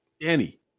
Danny